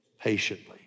patiently